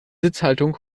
sitzhaltung